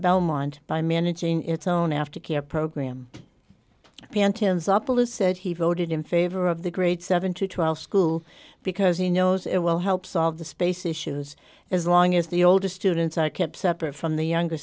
belmont by managing its own aftercare program pantaloons upolu said he voted in favor of the grade seven to twelve school because he knows it will help solve the space issues as long as the older students are kept separate from the younger